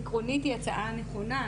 עקרונית זאת הצעה נכונה,